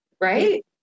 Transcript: right